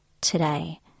today